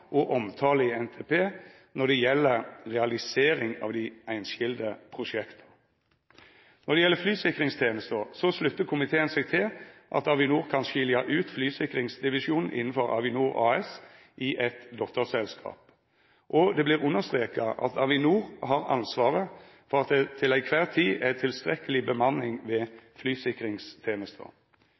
og omtale i NTP når det gjeld realiseringa av dei einskilde prosjekta. Når det gjeld flysikringstenesta, sluttar komiteen seg til at Avinor kan skilja ut flysikringsdivisjonen innanfor Avinor AS i eit dotterselskap, og det vert understreka at Avinor har ansvaret for at det til kvar tid er tilstrekkeleg bemanning ved